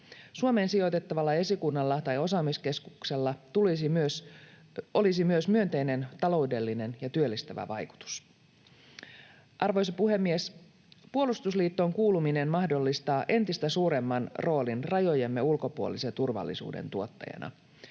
Suomeen sijoitettavalla esikunnalla tai osaamiskeskuksella olisi myös myönteinen taloudellinen ja työllistävä vaikutus. Arvoisa puhemies! Puolustusliittoon kuuluminen mahdollistaa entistä suuremman roolin rajojemme ulkopuolisen turvallisuuden tuottajana.